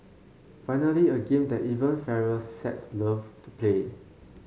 finally a game that even fairer sex loved to play